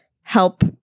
help